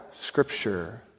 Scripture